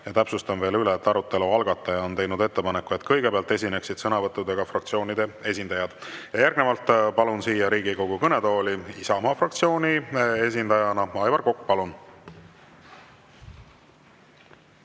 Täpsustan veel üle, et arutelu algataja on teinud ettepaneku, et kõigepealt esineksid sõnavõttudega fraktsioonide esindajad. Järgnevalt palun siia Riigikogu kõnetooli Isamaa fraktsiooni esindaja Aivar Koka. Palun!